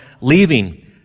leaving